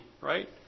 right